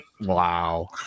wow